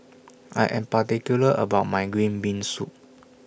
I Am particular about My Green Bean Soup